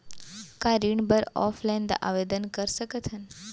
का ऋण बर ऑफलाइन आवेदन कर सकथन?